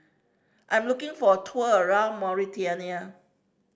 I'm looking for a tour around Mauritania